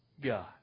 God